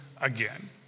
again